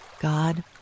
God